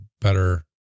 better